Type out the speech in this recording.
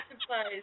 supplies